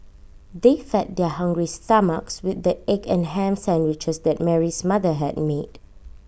they fed their hungry stomachs with the egg and Ham Sandwiches that Mary's mother had made